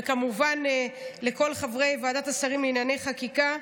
וכמובן לכל חברי ועדת השרים לענייני חקיקה.